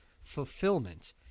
fulfillment